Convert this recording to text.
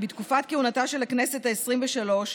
בתקופת כהונתה של הכנסת העשרים-ושלוש,